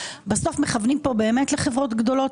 בסוף מכוונים כאן לחברות גדולות,